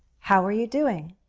how are you doing?